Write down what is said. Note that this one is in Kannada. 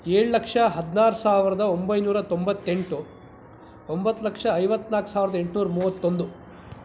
ಏಳು ಲಕ್ಷ ಹದ್ನಾರು ಸಾವಿರ್ದ ಒಂಬೈನೂರ ತೊಂಬತ್ತೆಂಟು ಒಂಬತ್ತು ಲಕ್ಷ ಐವತ್ತ್ನಾಲ್ಕು ಸಾವಿರ್ದ ಎಂಟ್ನೂರ ಮೂವತ್ತೊಂದು